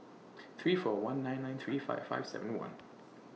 three four one nine nine three five five seven one